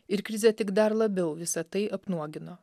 ir krizė tik dar labiau visa tai apnuogino